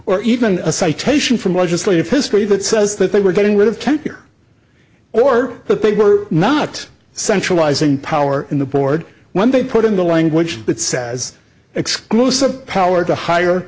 or even a citation from legislative history that says that they were getting rid of ten year or that they were not centralizing power in the board when they put in the language that says exclusive power to hire